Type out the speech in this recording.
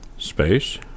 space